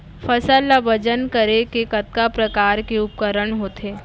फसल ला वजन करे के कतका प्रकार के उपकरण होथे?